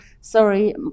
sorry